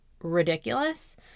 ridiculous